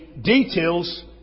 details